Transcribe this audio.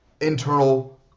internal